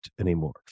anymore